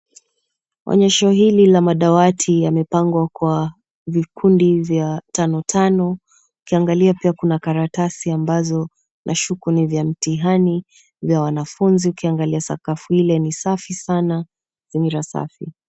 Onyesho hili la madawati yamepangwa kwa vikundi vya tano tano, ukiangalia kuna karatasi ambazo nashuku ni za mtihani wa wanafunzi. Ukiangalia sakafu ile ni safi sana.